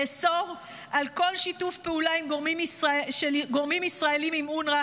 תאסור על כל שיתוף פעולה של גורמים ישראליים עם אונר"א,